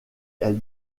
elle